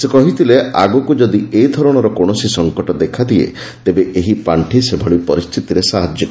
ସେ କହିଥିଲେ ଆଗକ୍ର ଯଦି ଏ ଧରଣର କୌଣସି ସଙ୍କଟ ଦେଖାଦିଏ ତେବେ ଏହି ପାଣ୍ଡି ସେଭଳି ପରିସ୍ଥିତିରେ ସାହାଯ୍ୟ କରିବ